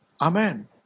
Amen